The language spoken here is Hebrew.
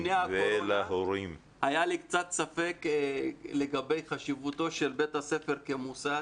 לפני הקורונה היה לי קצת ספק לגבי חשיבותו של בית הספר כמוסד.